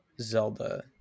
Zelda